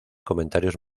comentarios